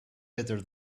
better